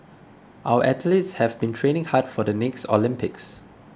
our athletes have been training hard for the next Olympics